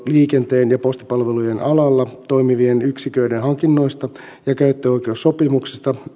liikenteen ja postipalvelujen alalla toimivien yksiköiden hankinnoista ja käyttöoikeussopimuksista